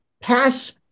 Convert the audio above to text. pass